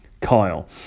Kyle